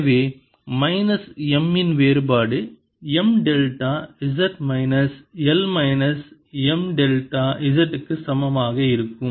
எனவே minus M இன் வேறுபாடு M delta z minus L minus M delta z க்கு சமமாக இருக்கும்